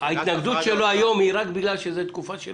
ההתנגדות שלו היום היא רק בגלל שזו תקופה של